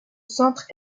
centre